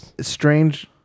strange